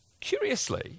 Curiously